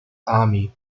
army